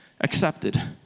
accepted